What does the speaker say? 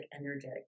energetic